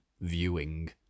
viewing